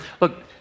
Look